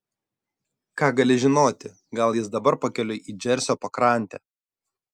ką gali žinoti gal jis dabar pakeliui į džersio pakrantę